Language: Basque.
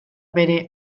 bere